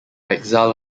exile